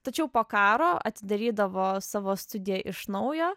tačiau po karo atidarydavo savo studiją iš naujo